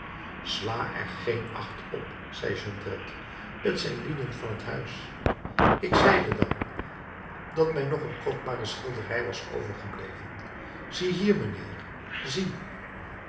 sla er geen acht op zei jondrette t zijn lieden van het huis ik zeide dan dat mij nog een kostbare schilderij was overgebleven zie hier mijnheer zie